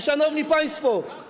Szanowni Państwo!